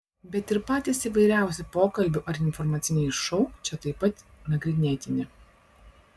bet ir patys įvairiausi pokalbių ar informaciniai šou čia taip pat nagrinėtini